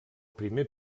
primer